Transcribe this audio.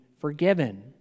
forgiven